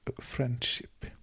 friendship